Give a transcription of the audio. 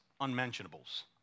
Unmentionables